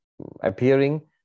appearing